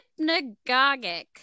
hypnagogic